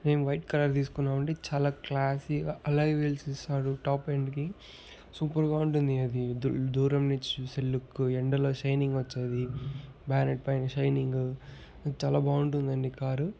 మేము white colour తీసుకున్నామండి చాలా క్లాసీ గా అలయ్ వీల్స్ ఇస్తారు టాప్ ఎండ్ కి సూపర్ గా ఉంటుంది అది దూ దూరం నుంచి చుస్తే లుక్కు ఎండలో షైనింగ్ వస్తుంది బ్యానెట్ పైన షైనింగు చాలా బాగుంటుందండి కారు